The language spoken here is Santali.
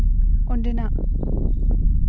ᱚᱰᱮᱱᱟᱜ